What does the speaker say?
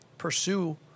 pursue